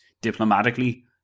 diplomatically